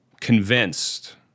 convinced